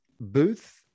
booth